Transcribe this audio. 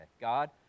God